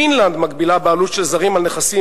פינלנד מגבילה בעלות של זרים על נכסים